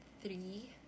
three